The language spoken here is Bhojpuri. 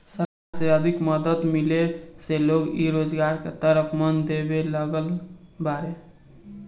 सरकार से आर्थिक मदद मिलला से लोग इ रोजगार के तरफ मन देबे लागल बाड़ें